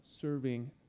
serving